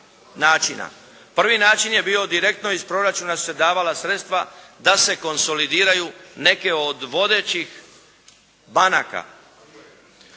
Prvi način je bio direktno iz Proračuna su se davala sredstva da se konsolidiranju neke od vodećih banaka.